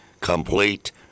Complete